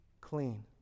clean